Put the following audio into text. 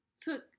took